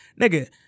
nigga